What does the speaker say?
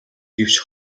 гэвч